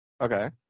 Okay